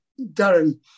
Darren